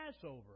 Passover